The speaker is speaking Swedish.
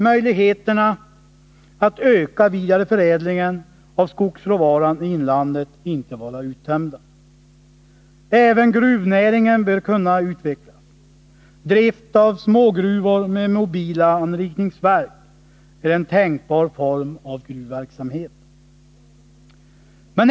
Möjligheterna att öka vidareförädlingen av skogsråvaran i inlandet kan inte heller vara uttömda. Även gruvnäringen bör kunna utvecklas. Drift av smågruvor med mobila anrikningsverk är en tänkbar form av gruvverksamhet.